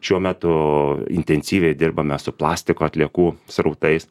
šiuo metu intensyviai dirbame su plastiko atliekų srautais